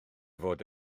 fod